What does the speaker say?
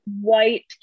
white